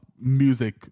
music